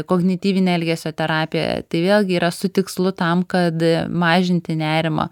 kognityvinė elgesio terapija tai vėlgi yra su tikslu tam kad mažinti nerimą